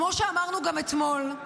כמו שאמרנו גם אתמול,